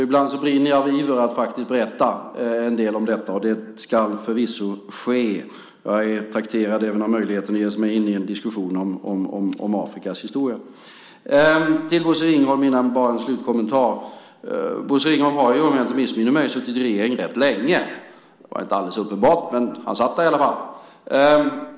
Ibland brinner jag av iver att faktiskt berätta en del om detta, och det skall förvisso ske. Jag är trakterad även av möjligheten att ge mig in i en diskussion om Afrikas historia. Till Bosse Ringholm har jag bara en slutkommentar. Bosse Ringholm har ju, om jag inte missminner mig, suttit i regering rätt länge. Det har inte varit alldeles uppenbart, men han satt där i alla fall.